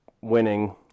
winning